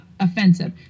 offensive